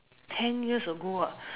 ten years ago ah